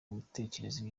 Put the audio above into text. gutekereza